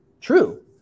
true